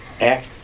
act